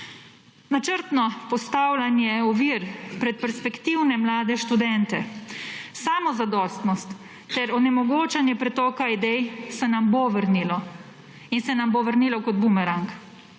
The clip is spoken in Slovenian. Načrtno postavljanje ovir pred perspektivne mlade študente, samozadostnost ter onemogočanje pretoka idej se nam bo vrnilo in se nam bo vrnilo kot bumerang.